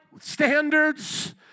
standards